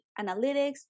analytics